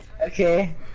okay